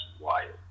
wild